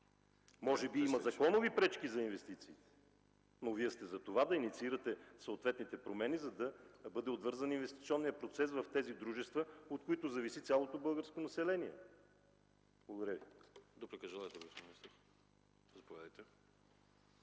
Може би има законови пречки за инвестициите, но Вие сте за това – да инициирате съответните промени, за да бъде отвързан инвестиционният процес в тези дружества, от които зависи цялото българско население. Благодаря Ви. ПРЕДСЕДАТЕЛ АНАСТАС АНАСТАСОВ: Желаете